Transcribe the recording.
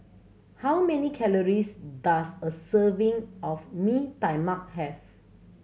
how many calories does a serving of Mee Tai Mak have